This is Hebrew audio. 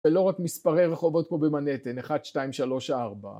ולא רק מספרי רחובות כמו במנהתן, 1, 2, 3, 4.